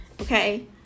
Okay